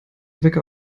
wecker